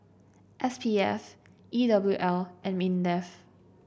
S P F E W L and Mindef